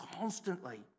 constantly